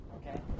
okay